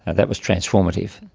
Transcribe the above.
and that was transformative,